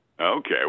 Okay